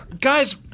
Guys